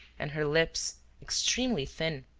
and her lips, extremely thin,